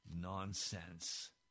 Nonsense